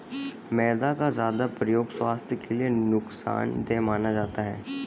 मैदा का ज्यादा प्रयोग स्वास्थ्य के लिए नुकसान देय माना जाता है